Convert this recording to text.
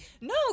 No